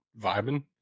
vibing